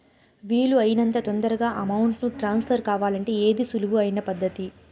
వీలు అయినంత తొందరగా అమౌంట్ ను ట్రాన్స్ఫర్ కావాలంటే ఏది సులువు అయిన పద్దతి